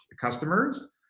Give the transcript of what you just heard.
customers